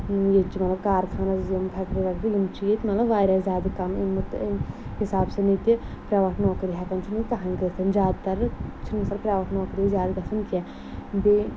ییٚتہِ چھِ مطلب کارخانٕز یِم فٮ۪کٹِرٛی وٮ۪کٹِرٛی یِم چھِ ییٚتہِ مطلب واریاہ زیادٕ کَم اَمہٕ تہٕ اَمہِ حساب سہٕ نہِ ییٚتہِ پرٛیوٮ۪ٹ نوکری ہٮ۪کان چھِنہٕ ییٚتہِ کَہانۍ کٔرِتھ زیادٕ تَر چھِنہٕ مِثال پرٛیوٮ۪ٹ نوکری زیادٕ گژھان کیٚنٛہہ بیٚیہِ